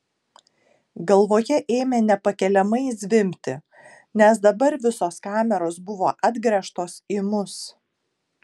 galvoje ėmė nepakeliamai zvimbti nes dabar visos kameros buvo atgręžtos į mus